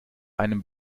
einem